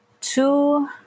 two